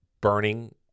burning